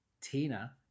Tina